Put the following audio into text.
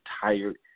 tired